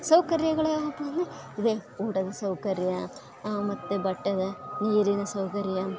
ಸೌಕರ್ಯಗಳು ಯಾವುವಪ್ಪ ಅಂದರೆ ಅದೇ ಊಟದ ಸೌಕರ್ಯ ಮತ್ತು ಬಟ್ಟೆದ ನೀರಿನ ಸೌಕರ್ಯ